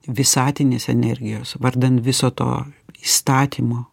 visatinės energijos vardan viso to įstatymo